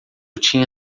tinha